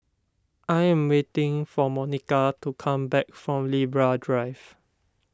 I am waiting for Monica to come back from Libra Drive